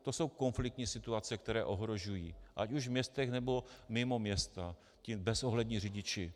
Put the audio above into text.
To jsou konfliktní situace, které ohrožují ať už v městech, nebo mimo města, ti bezohlední řidiči.